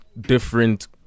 different